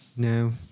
No